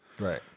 Right